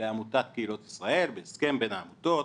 לעמותת קהילות ישראל בהסכם בין העמותות,